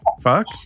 Fuck